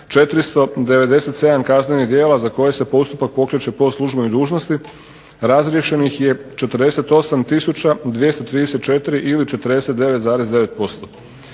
497 kaznenih djela za koje se postupak pokreće po službenoj dužnosti, razriješenih je 48 tisuća 234 ili 49,9%.